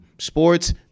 Sports